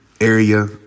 area